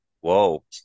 whoa